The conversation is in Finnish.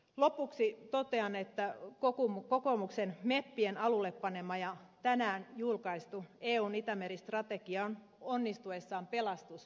lopuksi totean että kokoomuksen meppien alulle panema ja tänään julkaistu eun itämeri strategia on onnistuessaan pelastusrengas itämerelle